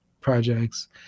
projects